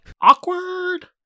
Awkward